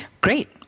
Great